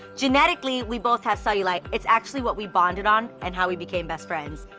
genetically we both have cellulite, it's actually what we bonded on and how we became best friends.